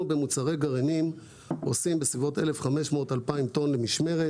אנחנו במוצרי גרעינים עושים בסביבות 2,000-1,500 טון למשמרת.